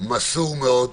מסור מאוד,